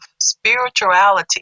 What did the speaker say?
spirituality